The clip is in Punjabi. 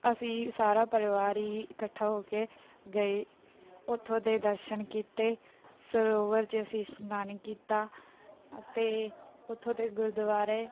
ਅਸੀਂ ਸਾਰਾ ਪਰਿਵਾਰ ਹੀ ਇਕੱਠਾ ਹੋ ਕੇ ਗਏ ਉੱਥੋਂ ਦੇ ਦਰਸ਼ਨ ਕੀਤੇ ਸਰੋਵਰ 'ਚ ਅਸੀਂ ਇਸ਼ਨਾਨ ਕੀਤਾ ਅਤੇ ਉੱਥੋਂ ਦੇ ਗੁਰਦੁਆਰੇ